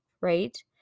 Right